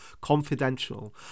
confidential